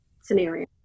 scenario